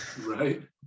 Right